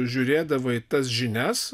žiūrėdavai tas žinias